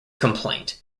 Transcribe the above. complaint